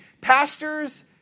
pastors